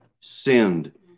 sinned